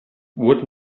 what